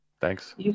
Thanks